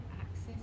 access